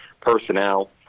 personnel